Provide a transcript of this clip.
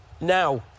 now